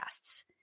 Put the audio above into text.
podcasts